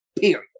Period